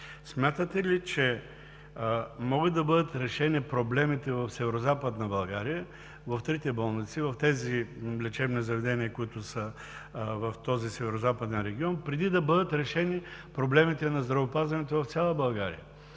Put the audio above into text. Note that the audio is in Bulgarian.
Смятате ли, че могат да бъдат решени проблемите в Северозападна България – в трите болници, в тези лечебни заведения, които са в този Северозападен регион, преди да бъдат решени проблемите на здравеопазването в цяла България?